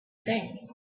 thing